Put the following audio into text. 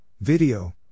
Video